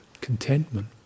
contentment